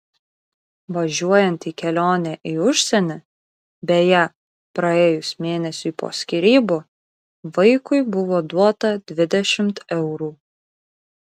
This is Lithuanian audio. važiuojant į kelionę į užsienį beje praėjus mėnesiui po skyrybų vaikui buvo duota dvidešimt eurų